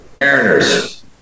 Mariners